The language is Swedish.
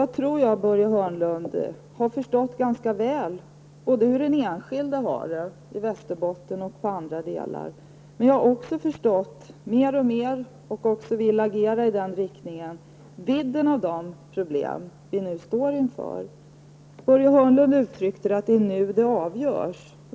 Jag tror, Börje Hörnlund, att jag ganska väl har förstått hur den enskilde har det, i Västerbotten och i andra delar av landet, men jag har också mer och mer förstått vidden av de problem som vi nu står inför, och jag vill också agera i den riktningen. Börje Hörnlund uttryckte det som att det är nu det avgörs.